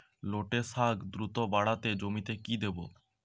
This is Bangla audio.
লটে শাখ দ্রুত বাড়াতে জমিতে কি দেবো?